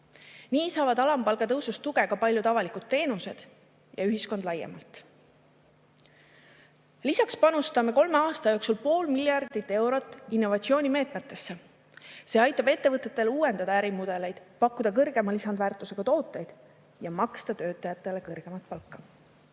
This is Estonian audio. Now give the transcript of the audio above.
Nii saavad alampalga tõusust tuge ka paljud avalikud teenused ja ühiskond laiemalt. Lisaks panustame kolme aasta jooksul pool miljardit eurot innovatsioonimeetmetesse. See aitab ettevõtetel uuendada ärimudeleid, pakkuda kõrgema lisandväärtusega tooteid ja maksta töötajatele kõrgemat palka.